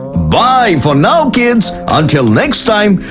bye for now, kids. until next time,